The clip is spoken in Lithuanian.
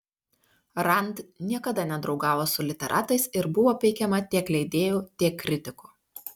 rand niekada nedraugavo su literatais ir buvo peikiama tiek leidėjų tiek kritikų